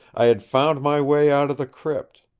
i had found my way out of the crypt.